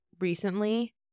recently